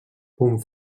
punt